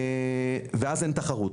ואז אין תחרות.